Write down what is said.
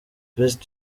best